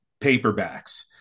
paperbacks